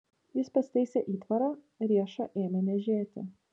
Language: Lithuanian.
jis pasitaisė įtvarą riešą ėmė niežėti